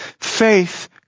faith